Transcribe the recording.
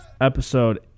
Episode